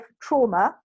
trauma